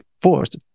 forced